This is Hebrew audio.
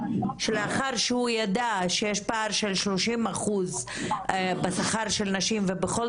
לאחר שהוא ידע שיש פער של 30% בשכר של נשים ובכל